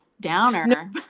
downer